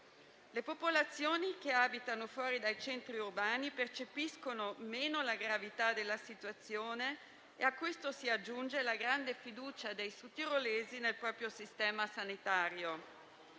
Le popolazioni che abitano fuori dai centri urbani percepiscono meno la gravità della situazione. A questo si aggiunge la grande fiducia dei sudtirolesi nel proprio sistema sanitario.